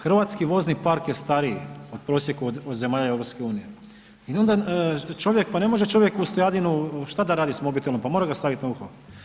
Hrvatski vozni park je stariji u prosjeku od zemalja EU i onda čovjek, pa ne može čovjek u stojadinu šta da radi s mobitelom, pa mora ga stavit na uho.